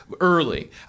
early